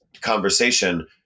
conversation